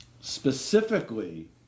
specifically